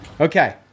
Okay